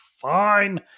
Fine